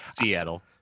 Seattle